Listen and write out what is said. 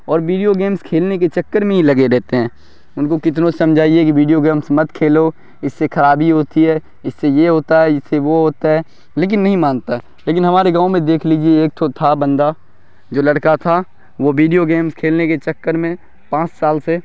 اور video games کھیلنے کے چکر میں ہی لگے رہتے ہیں ان کو کتنا سمجھائیے کہ ویڈیو گیمس مت کھیلو اس سے خرابی ہوتی ہے اس سے یہ ہوتا ہے اس سے وہ ہوتا ہے لیکن نہیں مانتا لیکن ہمارے گاؤں میں دیکھ لیجیے ایک ٹھو تھا بندہ جو لڑکا تھا وہ بیڈیو گیمس کھیلنے کے چکر میں پانچ سال سے